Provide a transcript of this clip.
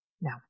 No